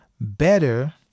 better